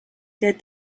der